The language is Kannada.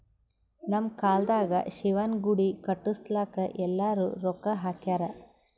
ನಮ್ ಕಾಲ್ದಾಗ ಶಿವನ ಗುಡಿ ಕಟುಸ್ಲಾಕ್ ಎಲ್ಲಾರೂ ರೊಕ್ಕಾ ಹಾಕ್ಯಾರ್